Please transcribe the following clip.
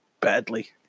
badly